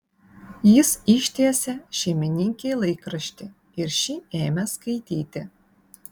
jis ištiesė šeimininkei laikraštį ir ši ėmė skaityti